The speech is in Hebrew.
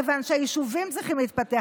כיוון שהיישובים צריכים להתפתח.